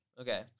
Okay